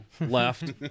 left